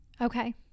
Okay